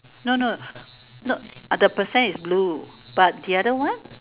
no no no the percent is blue but the other one